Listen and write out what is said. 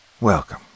Welcome